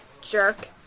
Jerk